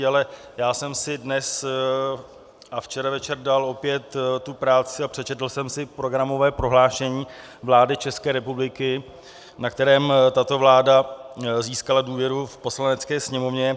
Ale já jsem si dnes a včera večer dal opět tu práci a přečetl jsem si programové prohlášení vlády České republiky, na kterém tato vláda získala důvěru v Poslanecké sněmovně.